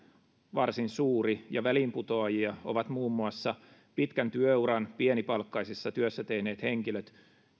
varsin suuri väliinputoajia ovat muun muassa pitkän työuran pienipalkkaisessa työssä tehneet henkilöt